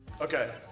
Okay